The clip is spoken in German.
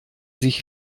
sich